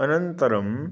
अनन्तरं